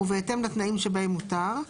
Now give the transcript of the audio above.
ובהתאם לתנאים שבהם הותר.